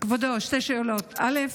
שתי שאלות: א.